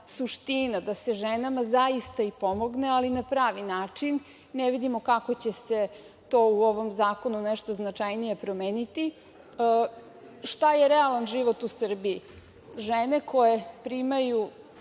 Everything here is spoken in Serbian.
suština, da se ženama zaista pomogne, ali na pravi način. Ne vidim kako će se to u ovom zakonu nešto značajnije promeniti. Šta je realan život u Srbiji? Žene koje primaju